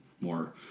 more